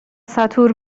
ساتور